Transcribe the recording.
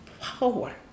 power